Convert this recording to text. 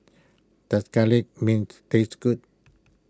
does Garlic Mint taste good